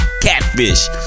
catfish